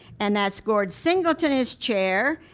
and that's gord singleton as chair,